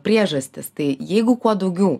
priežastys tai jeigu kuo daugiau